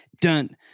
done